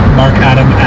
markadam